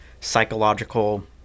psychological